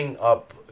up